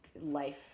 life-